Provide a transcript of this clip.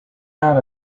out